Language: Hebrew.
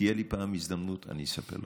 תהיה לי פעם הזדמנות ואני אספר לכם.